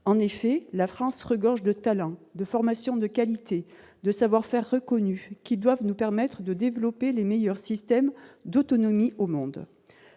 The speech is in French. En effet, la France regorge de talents, de formations de qualité, de savoir-faire reconnus qui doivent nous permettre de développer les meilleurs systèmes d'autonomie au monde.